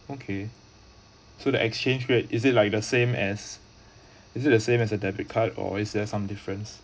okay so the exchange rate is it like the same as is it the same as a debit card or is there some difference